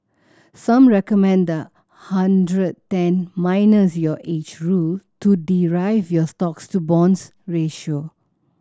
some recommend the ' hundred ten minus your age' rule to derive your stocks to bonds ratio